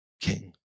king